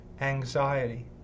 anxiety